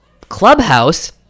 Clubhouse